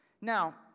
Now